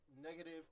negative